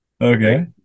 Okay